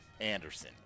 Anderson